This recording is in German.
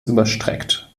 überstreckt